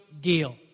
deal